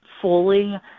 fully